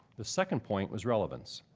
the second point was relevance.